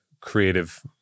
creative